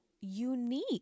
unique